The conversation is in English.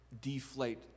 deflate